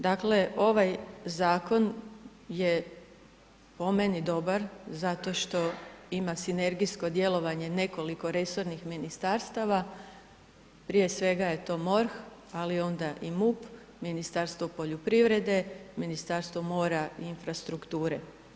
Dakle ovaj zakon je po meni dobar zato što ima sinergijsko djelovanje nekoliko resornih ministarstava, prije svega je to MORH, ali onda i MUP, Ministarstvo poljoprivrede, Ministarstvo mora i infrastrukture.